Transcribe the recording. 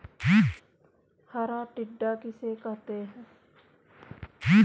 हरा टिड्डा किसे कहते हैं?